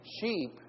sheep